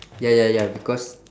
ya ya ya because